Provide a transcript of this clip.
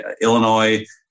Illinois